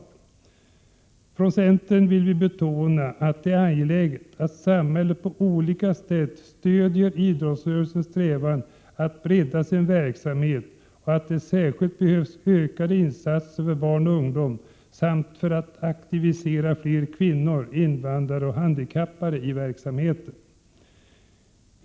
Vi från centern vill betona att det är angeläget att samhället på olika sätt stödjer idrottsrörelsens strävan att bredda sin verksamhet och att det särskilt behövs ökade insatser för barn och ungdom samt för att aktivera fler kvinnor, invandrare och handikappade i verksamheten.